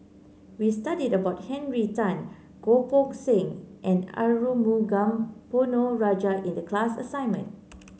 we studied about Henry Tan Goh Poh Seng and Arumugam Ponnu Rajah in the class assignment